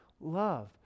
love